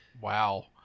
Wow